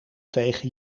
tegen